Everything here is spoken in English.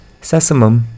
sesame